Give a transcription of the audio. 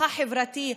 החברתי,